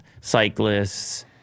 cyclists